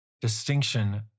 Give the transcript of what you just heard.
distinction